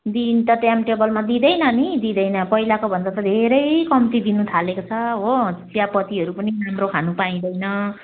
दिन त टाइम टेबलमा दिँदैन नि दिँदैन पहिलाको भन्दा धेरै कम्ती दिनु थालेको छ हो चियापत्तीहरू पनि राम्रो खानु पाइँदैन